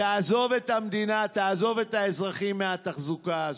תעזוב את המדינה, תעזוב את האזרחים מהתחזוקה הזאת.